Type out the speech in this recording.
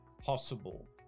possible